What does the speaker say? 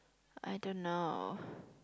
I don't know